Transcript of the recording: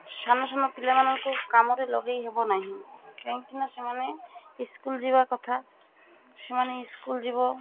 ସାନ ସାନ ପିଲାମାନଙ୍କୁ କାମରେ ଲଗେଇ ହେବ ନାହିଁ କାହିଁକି ନା ସେମାନେ ସ୍କୁଲ୍ ଯିବା କଥା ସେମାନେ ସ୍କୁଲ୍ ଯିବ